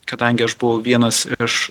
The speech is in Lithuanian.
kadangi aš buvau vienas iš